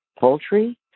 poultry